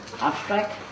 abstract